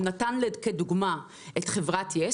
הוא נתן כדוגמה את חברת יס.